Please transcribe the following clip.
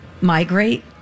migrate